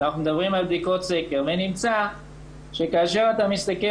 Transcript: אנחנו מדברים על בדיקות סקר ונמצא שכאשר אתה מסתכל